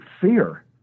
fear